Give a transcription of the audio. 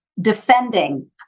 defending